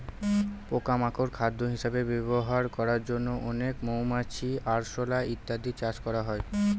পোকা মাকড় খাদ্য হিসেবে ব্যবহার করার জন্য অনেক মৌমাছি, আরশোলা ইত্যাদি চাষ করা হয়